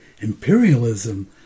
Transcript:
imperialism